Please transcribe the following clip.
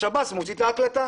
שירות בתי הסוהר מוציא את ההקלטה.